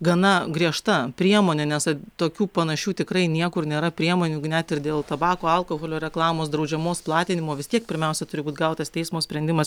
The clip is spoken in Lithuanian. gana griežta priemonė nes tokių panašių tikrai niekur nėra priemonių net ir dėl tabako alkoholio reklamos draudžiamos platinimo vis tiek pirmiausia turi būt gautas teismo sprendimas